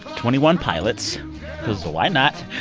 twenty one pilots because why not?